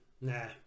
nah